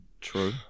True